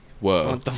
Whoa